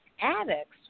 addicts